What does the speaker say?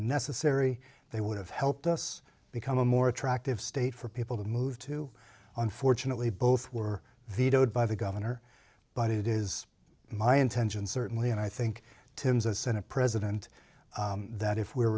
necessary they would have helped us become a more attractive state for people to move to unfortunately both were vetoed by the governor but it is my intention certainly and i think tim's a senate president that if we